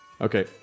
okay